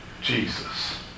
Jesus